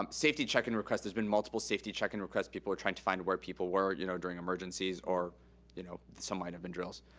um safety check-in request. there's been multiple safety check-in requests. people were trying to find where people were you know during emergencies or you know some might have been drills.